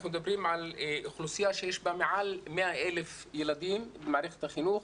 אנחנו מדברים על אוכלוסייה שיש בה מעל 100,000 ילדים במערכת החינוך,